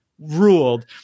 ruled